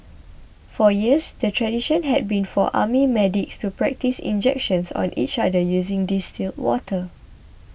for years the tradition had been for army medics to practise injections on each other using distilled water